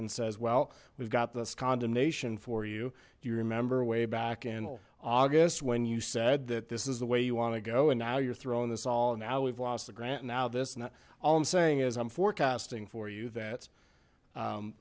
and says well we've got this condemnation for you do you remember way back in august when you said that this is the way you want to go and now you're throwing this all and how we've lost the grant now this not all i'm saying is i'm forecasting for you that